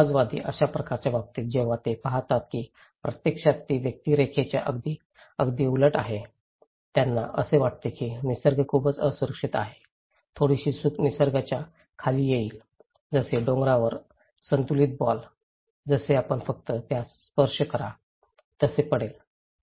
समतावादी अशा प्रकाराच्या बाबतीत जेव्हा ते पाहतात की प्रत्यक्षात ती व्यक्तिरेखेच्या अगदी अगदी उलट आहे त्यांना असे वाटते की निसर्ग खूपच असुरक्षित आहे थोडीशी चूक निसर्गाच्या खाली येईल जसे डोंगरावर संतुलित बॉल जसे आपण फक्त त्यास स्पर्श करा तसे पडेल